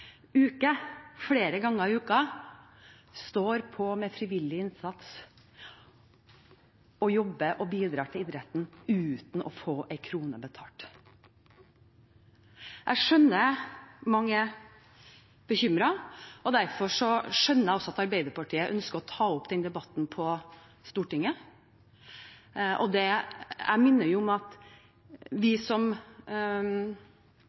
uke, flere ganger i uka, står på med frivillig innsats og jobber og bidrar til idretten uten å få en krone i betaling. Jeg skjønner at mange er bekymret, og derfor skjønner jeg også at Arbeiderpartiet ønsker å ta opp denne debatten på Stortinget. Jeg vil minne om at vi